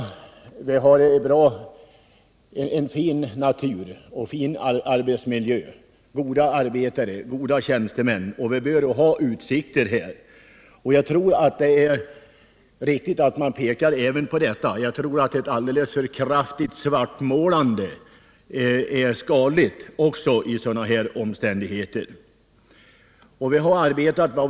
Vi har en fin natur och en god arbetsmiljö, duktiga arbetare och skickliga tjänstemän och vi bör därför ha goda utsikter att klara oss i fortsättningen. Jag tror att det är riktigt att peka på även detta. Ett alltför kraftigt svartmålande kan vara farligt under sådana omständigheter som nu föreligger.